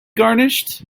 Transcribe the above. garnished